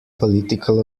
political